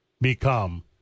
become